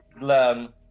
learn